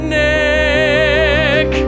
neck